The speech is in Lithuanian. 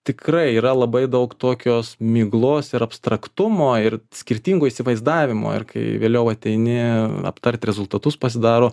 tikrai yra labai daug tokios miglos ir abstraktumo ir skirtingo įsivaizdavimo ir kai vėliau ateini aptart rezultatus pasidaro